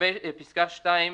לגבי פסקה (2),